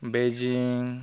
Beijing